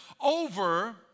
over